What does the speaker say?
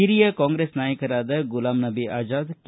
ಹಿರಿಯ ಕಾಂಗ್ರೆಸ್ ನಾಯಕರಾದ ಗುಲಾಂ ನಬಿ ಅಜಾದ್ ಕೆ